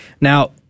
Now